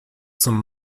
some